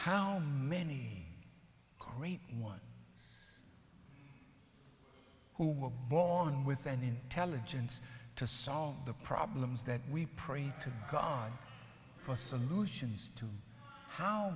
how many great one who were born with an intelligence to solve the problems that we pray to god for solutions